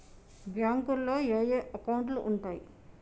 బ్యాంకులో ఏయే అకౌంట్లు ఉంటయ్?